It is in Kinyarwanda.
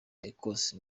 ecosse